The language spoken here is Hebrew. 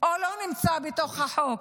או לא נמצא בתוך החוק?